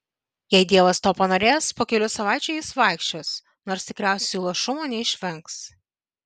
jei dievas to panorės po kelių savaičių jis vaikščios nors tikriausiai luošumo neišvengs